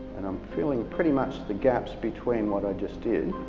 and i'm feeling pretty much the gaps between what i just did.